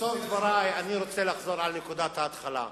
בסוף דברי אני רוצה לחזור על נקודת ההתחלה.